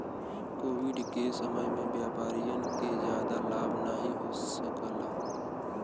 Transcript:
Covid के समय में व्यापारियन के जादा लाभ नाहीं हो सकाल